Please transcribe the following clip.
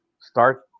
start